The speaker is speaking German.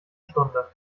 stunde